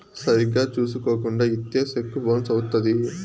సరిగ్గా చూసుకోకుండా ఇత్తే సెక్కు బౌన్స్ అవుత్తది